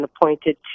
appointed